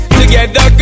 together